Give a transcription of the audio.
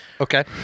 Okay